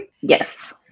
Yes